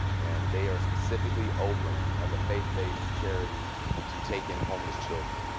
and they are specifically open as a faith-based charity to take in homeless children,